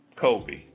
Kobe